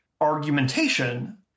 argumentation